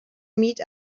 meet